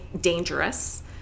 dangerous